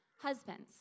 Husbands